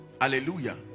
Hallelujah